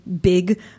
big